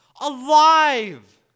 Alive